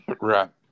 Right